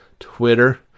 Twitter